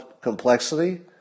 complexity